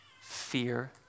fear